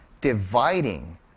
dividing